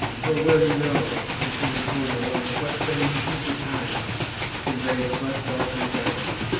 for well you know, and can record alone, what fame to future times conveys but darkly down.